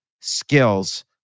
skills